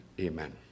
amen